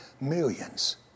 millions